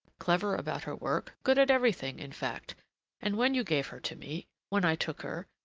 clever about her work, good at everything, in fact and when you gave her to me, when i took her,